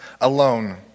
alone